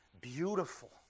beautiful